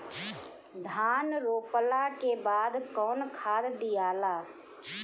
धान रोपला के बाद कौन खाद दियाला?